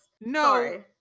No